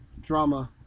drama